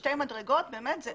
שתי מדרגות, זאת